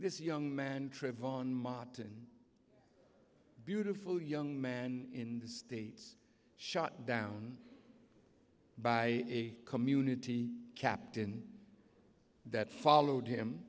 this young man trayvon martin beautiful young man in the state shot down by a community captain that followed him